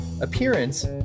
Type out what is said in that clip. appearance